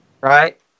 Right